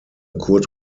kurt